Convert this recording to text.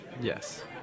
yes